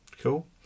Cool